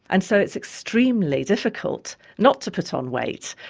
and so it's extremely difficult not to put on weight.